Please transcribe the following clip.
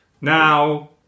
Now